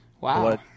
Wow